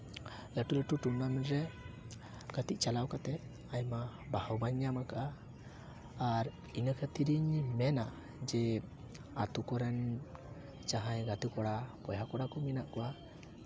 ᱞᱟᱹᱴᱩ ᱞᱟᱹᱴᱩ ᱴᱩᱨᱱᱟᱢᱮᱱᱴ ᱨᱮ ᱜᱟᱛᱮᱜ ᱪᱟᱞᱟᱣ ᱠᱟᱛᱮᱫ ᱟᱭᱢᱟ ᱵᱟᱦᱵᱟᱧ ᱧᱟᱢ ᱟᱠᱟᱫᱼᱟ ᱟᱨ ᱤᱱᱟᱹ ᱠᱷᱟᱹᱛᱤᱨᱤᱧ ᱢᱮᱱᱟ ᱡᱮ ᱟᱹᱛᱩ ᱠᱚᱨᱮᱱ ᱡᱟᱦᱟᱸᱭ ᱜᱟᱛᱮ ᱠᱚᱲᱟ ᱵᱚᱭᱦᱟ ᱠᱚᱲᱟ ᱠᱚ ᱢᱮᱱᱟᱜ ᱠᱚᱣᱟ